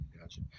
Gotcha